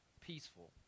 peaceful